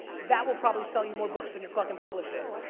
that will probably sell you more books than your fucking publisher.